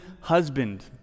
husband